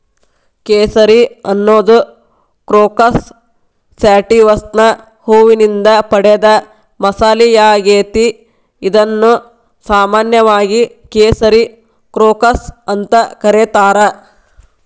ಕೇಸರಿ ಅನ್ನೋದು ಕ್ರೋಕಸ್ ಸ್ಯಾಟಿವಸ್ನ ಹೂವಿನಿಂದ ಪಡೆದ ಮಸಾಲಿಯಾಗೇತಿ, ಇದನ್ನು ಸಾಮಾನ್ಯವಾಗಿ ಕೇಸರಿ ಕ್ರೋಕಸ್ ಅಂತ ಕರೇತಾರ